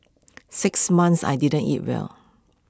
six months I didn't eat well